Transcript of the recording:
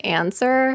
answer